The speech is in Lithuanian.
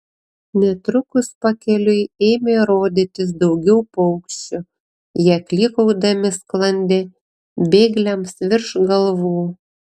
netrukus pakeliui ėmė rodytis daugiau paukščių jie klykaudami sklandė bėgliams virš galvų